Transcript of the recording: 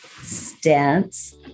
Stance